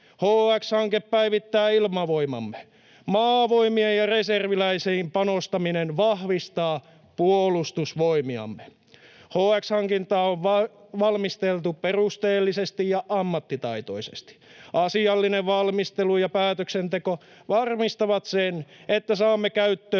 HX-hanke päivittää ilmavoimamme. Maavoimiin ja reserviläisiin panostaminen vahvistaa puolustusvoimiamme. HX-hankintaa on valmisteltu perusteellisesti ja ammattitaitoisesti. Asiallinen valmistelu ja päätöksenteko varmistavat sen, että saamme käyttöömme